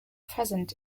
present